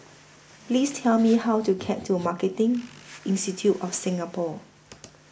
Please Tell Me How to get to Marketing Institute of Singapore